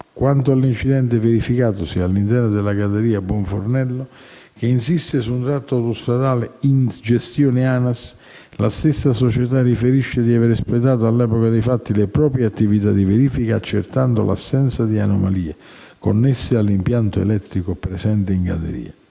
Quanto all'incidente verificatosi all'interno della galleria Buonfornello, che insiste su un tratto stradale in gestione ANAS, la stessa società riferisce di aver espletato all'epoca dei fatti le proprie attività di verifica, accertando l'assenza di anomalie connesse all'impianto elettrico presente in galleria